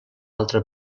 altra